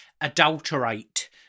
adulterate